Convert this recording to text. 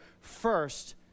first